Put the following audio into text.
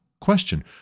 question